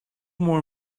more